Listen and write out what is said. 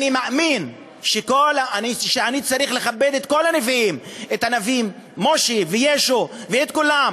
מאמין שאני צריך לכבד את כל הנביאים: את הנביא משה וישו ואת כולם